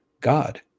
God